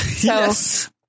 yes